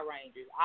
Rangers